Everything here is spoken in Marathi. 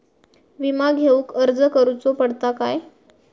विमा घेउक अर्ज करुचो पडता काय?